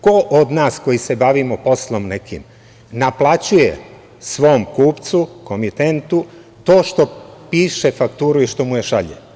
Ko od nas koji se bavimo nekim poslom naplaćuje svom kupcu, komitentu to što piše fakturu i što im je šalje?